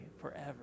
forever